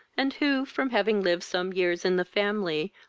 and who, from having lived some years in the family,